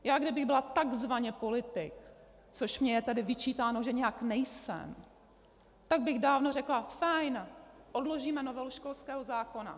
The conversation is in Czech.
Já kdybych byla takzvaně politik, což mně je tedy vyčítáno, že nějak nejsem, tak bych dávno řekla: fajn, odložíme novelu školského zákona.